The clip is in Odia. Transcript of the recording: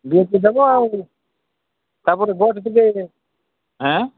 ବିଅର ପି ଦେବ ଆଉ ତାପରେ ଆଁ